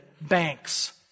banks